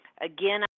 Again